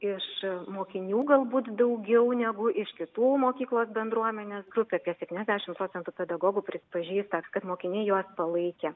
iš mokinių galbūt daugiau negu iš kitų mokyklos bendruomenės grupių apie septyniasdešimt procentų pedagogų prisipažįsta kad mokiniai juos palaikė